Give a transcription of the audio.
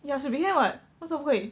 ya should be can [what] 为什么不可以